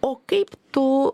o kaip tu